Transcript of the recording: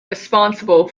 responsible